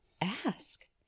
ask